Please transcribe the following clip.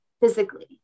physically